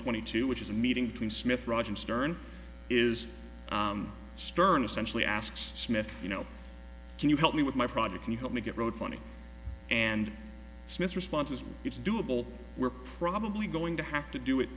twenty two which is a meeting between smith rajan stern is stern essentially asks smith you know can you help me with my project can you help me get road funny and smith responses it's doable we're probably going to have to do it